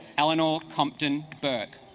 eleanor compton burke